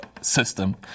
system